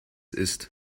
ist